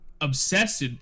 obsessed